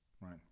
Right